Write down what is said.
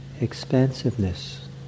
expansiveness